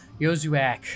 Yozuak